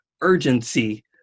urgency